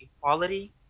equality